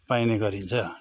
पाइने गरिन्छ